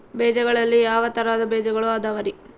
ಬೇಜಗಳಲ್ಲಿ ಯಾವ ತರಹದ ಬೇಜಗಳು ಅದವರಿ?